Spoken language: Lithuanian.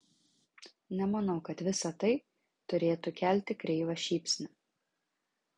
nemanau kad visa tai turėtų kelti kreivą šypsnį